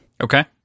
Okay